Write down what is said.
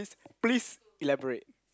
please elaborate